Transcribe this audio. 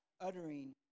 uttering